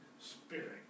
spirit